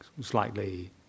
slightly